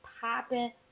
popping